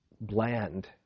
bland